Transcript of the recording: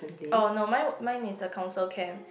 uh no mine mine is the council camp